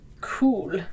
Cool